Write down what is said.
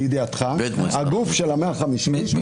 הגוף של ה-150 איש,